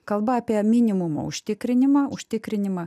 kalba apie minimumo užtikrinimą užtikrinimą